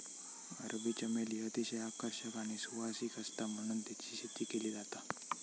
अरबी चमेली अतिशय आकर्षक आणि सुवासिक आसता म्हणून तेची शेती केली जाता